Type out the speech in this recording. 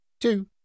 Two